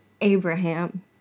Abraham